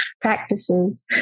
practices